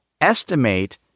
estimate